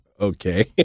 okay